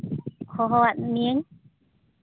ᱦᱚᱦᱚᱣᱟᱫᱽ ᱢᱤᱭᱟᱹᱧ